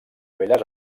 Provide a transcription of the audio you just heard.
belles